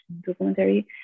documentary